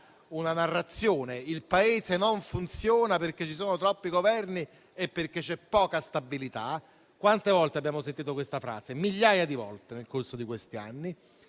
una narrazione: il Paese non funziona perché ci sono troppi Governi e perché c'è poca stabilità. Quante volte abbiamo sentito questa frase? Migliaia, nel corso di questi anni.